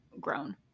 grown